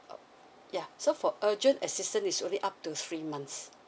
yeah so for urgent assistance is only up to three months